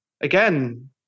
again